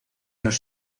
los